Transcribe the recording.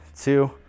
two